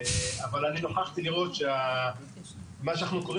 אבל אני נוכחתי לראות שמה שאנחנו קוראי